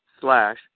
slash